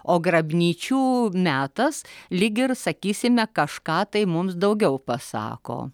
o grabnyčių metas lyg ir sakysime kažką tai mums daugiau pasako